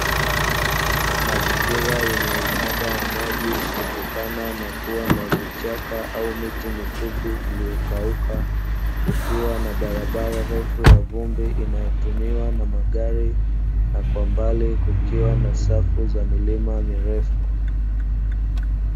Mazingira yenye uhaba wa maji kutokana na kuwa na vichaka au miti mifupi iliyokauka kukiwa na barabara ndefu ya vumbi inayotumiwa na magari, na kwa mbali kukiwa na safu ya milima mirefu.